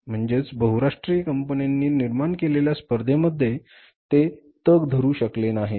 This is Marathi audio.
म्हणजे बहुराष्ट्रीय कंपन्यांनी निर्माण केलेल्या स्पर्धेमध्ये ते तग धरू शकले नाहीत